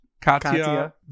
Katya